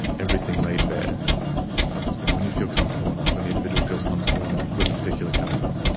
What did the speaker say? everything laid bare type of thing, when you feel comfortable enough, when the individual feels comfortable enough with the particular counsellor.